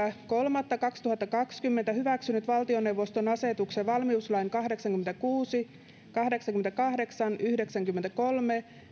kolmatta kaksituhattakaksikymmentä hyväksynyt valtioneuvoston asetuksen valmiuslain kahdeksankymmentäkuusi kahdeksankymmentäkahdeksan yhdeksänkymmentäkolme